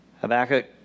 Habakkuk